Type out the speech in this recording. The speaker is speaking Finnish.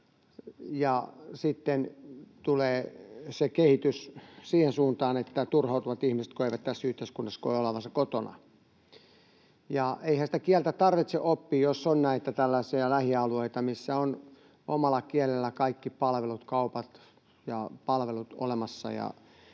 Sitten tulee se kehitys siihen suuntaan, että ihmiset turhautuvat, kun eivät tässä yhteiskunnassa koe olevansa kotona. Eihän sitä kieltä tarvitse oppia, jos on näitä tällaisia lähialueita, missä on omalla kielellä kaikki palvelut, kaupat ja palvelut, olemassa,